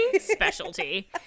Specialty